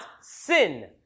sin